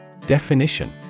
Definition